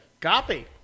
copy